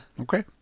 Okay